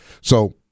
So-